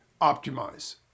optimize